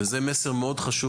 וזה מסר חשוב מאוד.